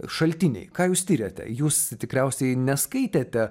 šaltiniai ką jūs tiriate jūs tikriausiai neskaitėte